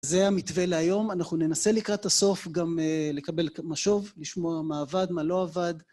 זה המתווה להיום, אנחנו ננסה לקראת הסוף, גם לקבל משוב, לשמוע מה עבד, מה לא עבד.